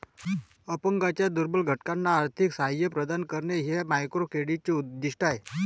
अपंगांच्या दुर्बल घटकांना आर्थिक सहाय्य प्रदान करणे हे मायक्रोक्रेडिटचे उद्दिष्ट आहे